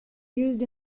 used